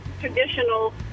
traditional